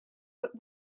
but